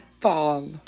Fall